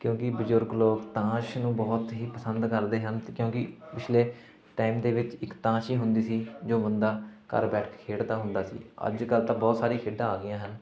ਕਿਉਂਕਿ ਬਜ਼ੁਰਗ ਲੋਕ ਤਾਸ਼ ਨੂੰ ਬਹੁਤ ਹੀ ਪਸੰਦ ਕਰਦੇ ਹਨ ਕਿਉਂਕਿ ਪਿਛਲੇ ਟਾਈਮ ਦੇ ਵਿੱਚ ਇੱਕ ਤਾਸ਼ ਹੀ ਹੁੰਦੀ ਸੀ ਜੋ ਬੰਦਾ ਘਰ ਬੈਠ ਕੇ ਖੇਡਦਾ ਹੁੰਦਾ ਸੀ ਅੱਜ ਕੱਲ੍ਹ ਤਾਂ ਬਹੁਤ ਸਾਰੀ ਖੇਡਾਂ ਆ ਗਈਆਂ ਹਨ